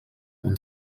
und